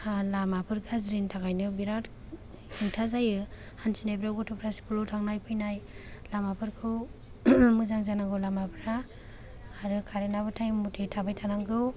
लामाफोर गाज्रिनि थाखायनो बिरात हेंथा जायो हानथिनायफ्राव गथ'फ्रा स्कुलाव थांनाय फैनाय लामाफोरखौ मोजां जानांगौ लामाफ्रा आरो कारेन्टआबो टाइम मथे थाबाय थानांगौ